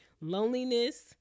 Loneliness